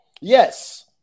Yes